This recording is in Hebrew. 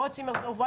ועוד צימר שרוף.